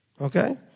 Okay